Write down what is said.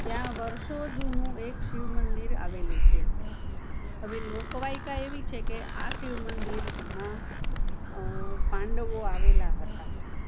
ત્યાં વર્ષો જૂનું એક શિવ મંદિર આવેલું છે હવે લોકવાયકા એવી છે કે આ શિવ મંદિરમાં પાંડવો આવેલા હતા